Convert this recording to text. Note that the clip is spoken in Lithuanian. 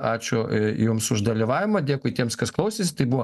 ačiū jums už dalyvavimą dėkui tiems kas klausėsi tai buvo